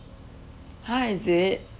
ha is it